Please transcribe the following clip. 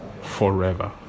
forever